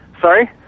Sorry